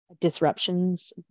disruptions